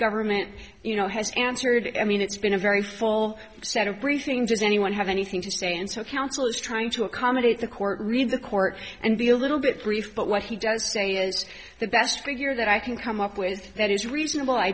government you know has answered i mean it's been a very full set of briefing just anyone have anything to say and so counsel is trying to accommodate the court read the court and be a little bit brief but what he does say is the best figure that i can come up with that is reasonable i